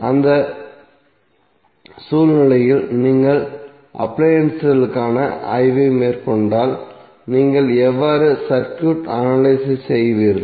அந்த சூழ்நிலையில் நீங்கள் அப்லயன்ஸ்களுக்கான ஆய்வை மேற்கொண்டால் நீங்கள் எவ்வாறு சர்க்யூட் அனலைஸ் செய்வீர்கள்